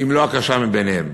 אם לא הקשה בהן.